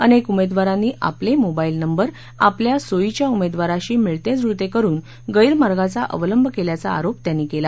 अनेक उमेदवारांनी आपले मोबाईल नंबर आपल्या सोईच्या उमेदवाराशी मिळतेजुळते करुन गैरमार्गाचा अवलंब केल्याचा आरोप त्यांनी केला